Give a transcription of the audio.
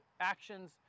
actions